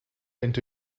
into